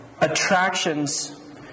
attractions